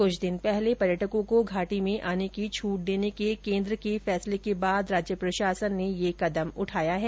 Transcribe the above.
कुछ दिन पहले पर्यटकों को घाटी में आने की छूट देने के केंद्र के फैसले के बाद राज्य प्रशासन ने यह कदम उठाया है